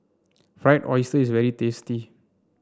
Fried Oyster is very tasty